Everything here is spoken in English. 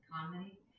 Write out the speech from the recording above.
comedy